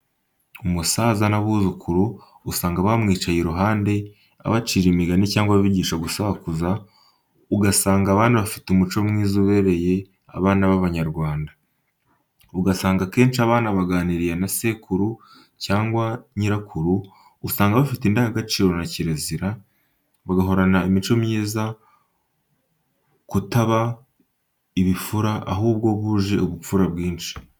Umusaza n'abuzukuru usanga bamwicaye iruhande abacira imigani cyangwa abigisha gusakuza, ugasanga abana bafite umuco mwiza ubereye abana b'Abanyarwanda. Usanga akenshi abana baganiriye na sekuru cyangwa nyirakuru usanga bafite indangagaciro na kirazira, bagahorana imico myiza, kutaba ibifura, ahubwo buje ubupfura bwinshi.